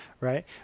right